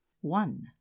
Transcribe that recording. One